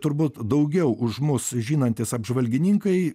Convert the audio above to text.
turbūt daugiau už mus žinantys apžvalgininkai